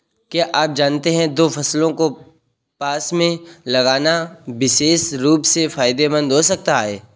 क्या आप जानते है दो फसलों को पास में लगाना विशेष रूप से फायदेमंद हो सकता है?